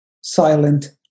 silent